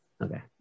okay